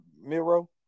Miro